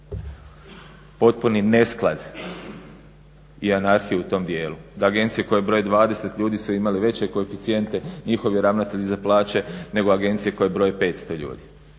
potpuni nesklad i anarhiju u tom dijelu. Da agencije koje broje 20 ljudi su imale veće koeficijente, njihovi ravnatelji za plaće nego agencije koje broje 500 ljudi.